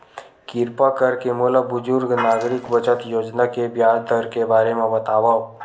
किरपा करके मोला बुजुर्ग नागरिक बचत योजना के ब्याज दर के बारे मा बतावव